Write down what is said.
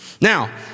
Now